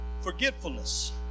forgetfulness